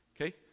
Okay